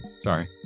sorry